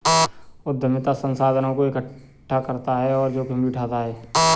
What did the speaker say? उद्यमिता संसाधनों को एकठ्ठा करता और जोखिम भी उठाता है